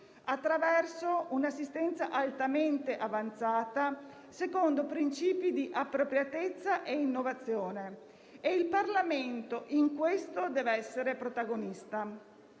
attraverso un'assistenza altamente avanzata secondo principi di appropriatezza e innovazione. Il Parlamento in questo deve essere protagonista.